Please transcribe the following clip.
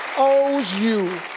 owes you